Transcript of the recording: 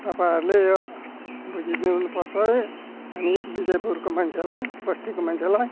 तपाईँहरूले यो बुझिदिनुपर्छ है हामी विजयपुरको मान्छेलाई बस्तीको मान्छेलाई